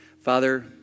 Father